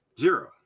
Zero